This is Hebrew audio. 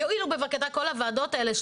יועילו בבקשה כל הוועדות האלה,